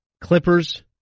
Clippers